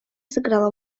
сыграла